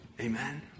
Amen